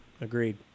Agreed